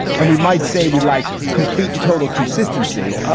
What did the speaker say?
and we might say we like complete and total consistency,